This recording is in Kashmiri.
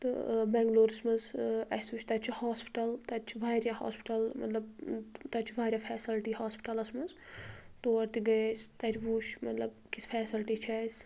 تہٕ ٲں بیٚنٛگلورس منٛز ٲں اسہِ وُچھ تَتہِ چھِ ہاسپِٹل تَتہِ چھِ وارِیاہ ہاسپِٹل مطلب تَتہِ چھِ وارِیاہ فیسلٹی ہاسپِٹلس منٛز تور تہِ گٔیٚیے أسۍ تَتہِ وُچھ مطلب کِژھ فیسلٹی چھِ اسہِ